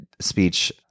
speech